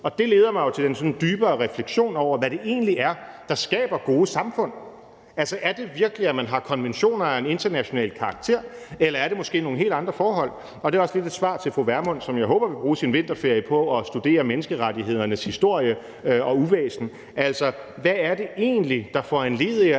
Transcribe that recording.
Det leder mig jo til den sådan dybere refleksion over, hvad det egentlig er, der skaber gode samfund. Altså, er det virkelig, at man har konventioner af en international karakter, eller er det måske nogle helt andre forhold? Og det er også lidt et svar til fru Pernille Vermund, som jeg håber vil bruge sin vinterferie på at studere menneskerettighedernes historie og uvæsen. Altså, hvad er det egentlig, der foranlediger,